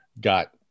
got